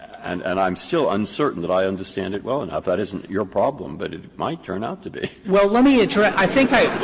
and and i'm still uncertain that i understand it well enough. that isn't your problem, but it might turn out to be. frederick well, let me address i think i